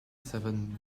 seven